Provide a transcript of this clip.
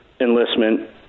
enlistment